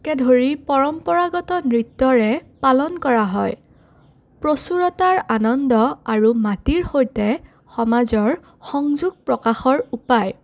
কে ধৰি পৰম্পৰাগত নৃত্যৰে পালন কৰা হয় প্ৰচুৰতাৰ আনন্দ আৰু মাটিৰ সৈতে সমাজৰ সংযোগ প্ৰকাশৰ উপায়